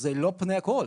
זה לא פני הכול,